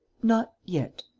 not yet.